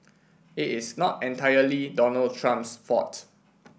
it is not entirely Donald Trump's fault